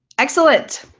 excellent.